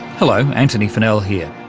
hello, antony funnell here.